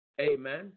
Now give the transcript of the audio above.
amen